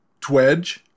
Twedge